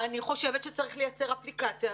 אני חושבת שצריך לייצר אפליקציה,